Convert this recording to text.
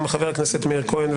חבר הכנסת מאיר כהן,